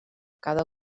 cada